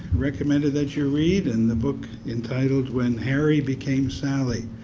recommended that you read. and the book entitled when harry became sally.